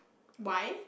why